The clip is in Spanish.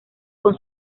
con